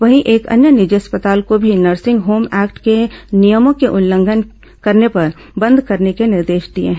वहीं एक अन्य निजी अस्पताल को भी नर्सिंग होम एक्ट के नियमों का उल्लंघन करने पर बंद करने के निर्देश दिए हैं